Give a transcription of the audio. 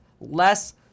less